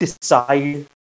decide